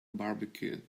barbecue